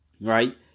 Right